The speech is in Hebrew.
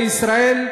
בישראל,